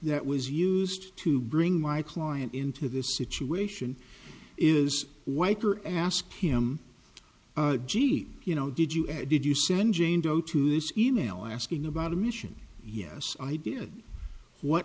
that was used to bring my client into this situation is white or ask him gee you know did you ever did you send jane doe to this email asking about a mission yes i did what